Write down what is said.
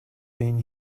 been